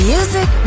Music